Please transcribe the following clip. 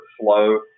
slow